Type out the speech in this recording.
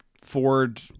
Ford